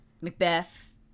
Macbeth